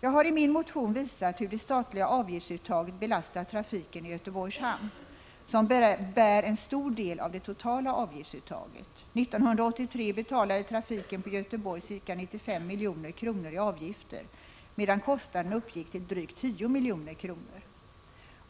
Jag har i min motion visat hur det statliga avgiftsuttaget belastar trafiken i Göteborgs hamn, som bär en stor del av det totala avgiftsuttaget. 1983 betalade trafiken på Göteborg ca 95 milj.kr. i avgifter, medan kostnaden uppgick till drygt 10 milj.kr.